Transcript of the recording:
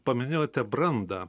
paminėjote brandą